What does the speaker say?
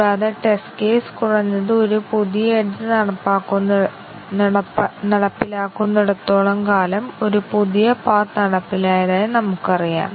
മുമ്പത്തെ ഉദാഹരണങ്ങൾ പോലെ ഏത് ജോഡികളാണ് സ്വതന്ത്ര മൂല്യനിർണ്ണയം നേടുന്നതെന്ന് കണ്ടെത്തുക